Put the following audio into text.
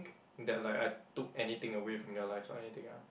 that like I took anything away from your lives or anything ah